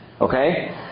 Okay